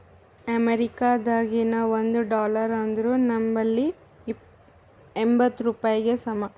ಅಮೇರಿಕಾದಾಗಿನ ಒಂದ್ ಡಾಲರ್ ಅಂದುರ್ ನಂಬಲ್ಲಿ ಎಂಬತ್ತ್ ರೂಪಾಯಿಗಿ ಸಮ